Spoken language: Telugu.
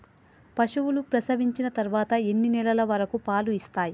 పశువులు ప్రసవించిన తర్వాత ఎన్ని నెలల వరకు పాలు ఇస్తాయి?